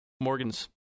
Morgan's